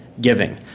giving